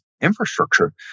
infrastructure